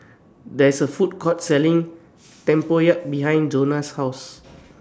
There IS A Food Court Selling Tempoyak behind Jonah's House